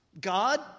God